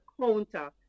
counter